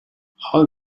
how